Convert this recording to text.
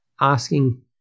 asking